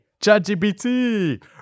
ChatGPT